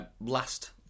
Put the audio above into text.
last